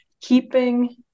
keeping